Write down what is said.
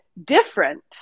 different